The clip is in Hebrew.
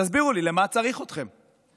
תסבירו לי, למה צריך אתכם?